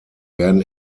werden